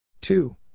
Two